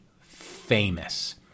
famous